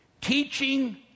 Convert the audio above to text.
teaching